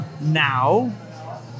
Now